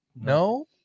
No